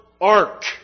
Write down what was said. ark